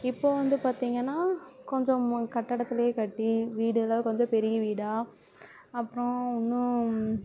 இப்போ வந்து பார்த்திங்கன்னா கொஞ்சம் கட்டடத்தில் கட்டி வீடெல்லாம் கொஞ்சம் பெரிய வீடாக அப்புறம் இன்னும்